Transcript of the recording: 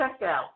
checkout